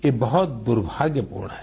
ये बहुत दुर्भाग्यपूर्ण है